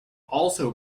also